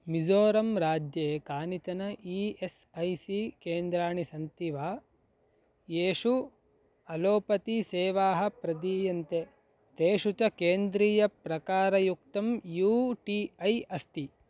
मिज़ोरं राज्ये कानिचनई S I C केन्द्राणि सन्ति वा येषु अलोपती सेवाः प्रदीयन्ते तेषु च केन्द्रीयप्रकारयुक्तं यू टी ऐ अस्ति